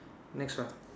next one